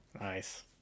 Nice